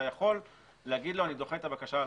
אתה יכול להגיד לו שאתה דוחה את הבקשה על